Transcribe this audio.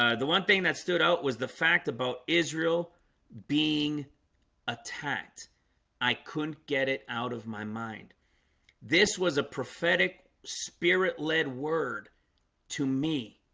ah the one thing that stood out was the fact about israel being attacked i couldn't get it out of my mind this was a prophetic spirit-led word word to me